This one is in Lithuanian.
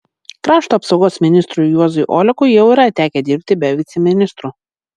krašto apsaugos ministrui juozui olekui jau yra tekę dirbti be viceministrų